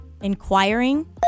Inquiring